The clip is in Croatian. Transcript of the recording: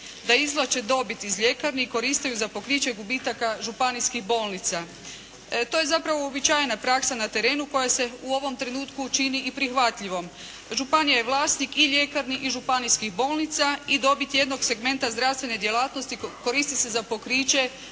da izvlače dobit iz ljekarni i koriste ju za pokriće gubitaka županijskih bolnica. To je zapravo uobičajena praksa na terenu koja se u ovom trenutku čini i prihvatljivom. Županija je vlasnik i ljekarni i županijskih bolnica i dobit jednog segmenta zdravstvene djelatnosti koristi se za pokriće